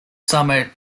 summit